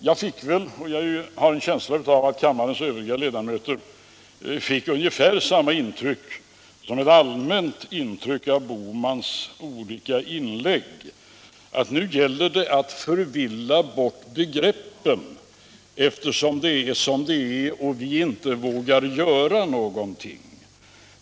Jag har en känsla av att kammarens övriga ledamöter fick ungefär samma allmänna intryck som jag av herr Bohmans olika inlägg — att nu gäller det att förvilla begreppen, eftersom det är som det är och vi inte vågar göra någonting.